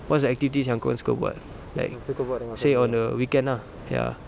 what's the activities yang kau suka buat like say on a weekend lah ya